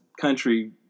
country –